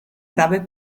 grave